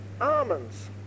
almonds